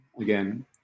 again